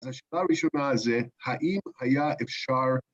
אז השאלה הראשונה זה, האם היה אפשר